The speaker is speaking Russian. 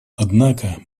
однако